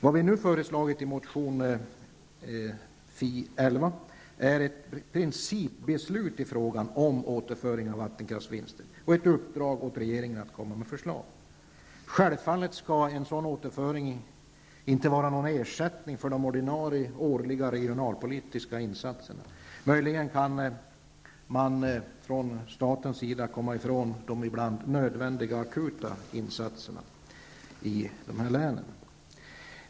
Vad vi nu har föreslagit i motion Fi11 är ett principbeslut i frågan om återföring av vattenkraftsvinster och ett uppdrag åt regeringen att komma med förslag. Självfallet skall en sådan återföring inte vara någon ersättning för de ordinarie årliga regionalpolitiska insatserna. Möjligen kan man från statens sida komma ifrån de ibland nödvändiga akuta insatserna i de här länen.